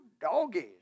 doggies